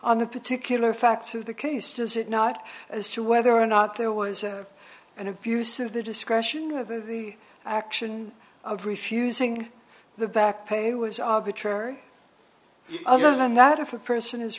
the particular facts of the case does it not as to whether or not there was an abuse of the discretion of the action of refusing the backpay was arbitrary other than that if a person is